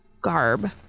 garb